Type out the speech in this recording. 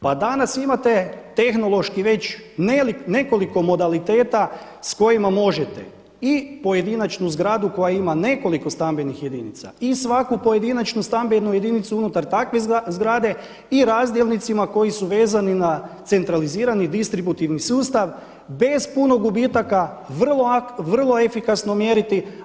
Pa danas imate tehnološki već nekoliko modaliteta sa kojima možete i pojedinačnu zgradu koja ima nekoliko stambenih jedinica i svaku pojedinačnu stambenu jedinicu unutar takve zgrade i razdjelnicima koji su vezani na centralizirani distributivni sustav bez puno gubitaka vrlo efikasno mjeriti.